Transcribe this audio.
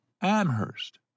Amherst